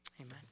Amen